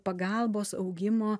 pagalbos augimo